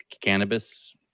Cannabis